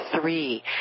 three